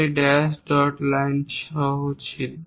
এটি dash dot line সহ ছিদ্র